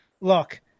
look